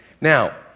Now